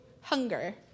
hunger